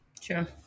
Sure